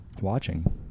Watching